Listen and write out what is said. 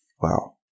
Wow